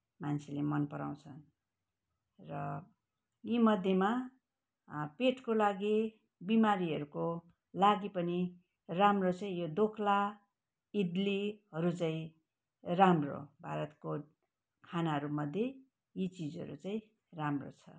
मान्छेले मन पराउँछ र यी मध्येमा पेटको लागि बिमारीहरूको लागि पनि राम्रो चाहिँ यो दोख्ला इडलीहरू चाहिँ राम्रो भारतको खानाहरूमध्ये यी चिजहरू चाहिँ राम्रो छ